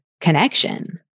connection